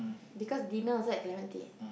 because dinner also at clementi